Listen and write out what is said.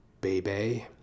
baby